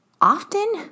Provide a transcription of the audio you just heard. often